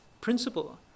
principle